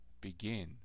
begin